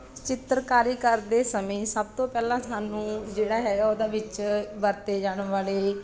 ਚਿੱਤਰਕਾਰੀ ਕਰਦੇ ਸਮੇਂ ਸਭ ਤੋਂ ਪਹਿਲਾਂ ਸਾਨੂੰ ਜਿਹੜਾ ਹੈਗਾ ਉਹਦਾ ਵਿੱਚ ਵਰਤੇ ਜਾਣ ਵਾਲੇ